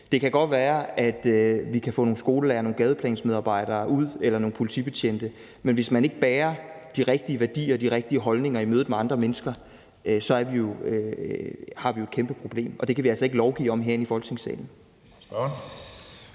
det kan godt være, at vi kan få nogle skolelærere og nogle gadeplansmedarbejdere eller nogle politibetjente ud, men hvis man ikke bærer de rigtige værdier og de rigtige holdninger i mødet med andre mennesker, så har vi jo et kæmpe problem, og det kan vi altså ikke lovgive om herinde i Folketingssalen.